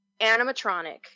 animatronic